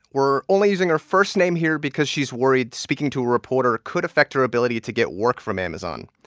we're only using her first name here because she's worried speaking to a reporter could affect her ability to get work from amazon.